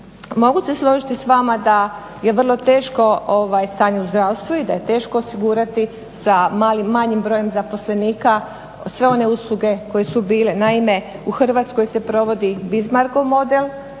Mogu se složiti s vama da vrlo teško stanje u zdravstvu i da je teško osigurati sa manjim brojem zaposlenika sve one usluge koje su bile. Naime u Hrvatskoj se provodi Bizmarkov model